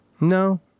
No